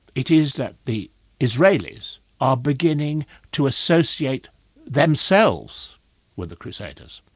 it is that the israelis are beginning to associate themselves with the crusaders.